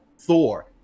Thor